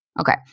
Okay